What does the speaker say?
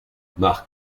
mark